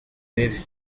bibi